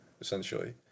essentially